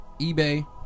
eBay